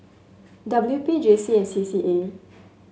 W P J C and C C A